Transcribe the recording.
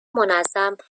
منظم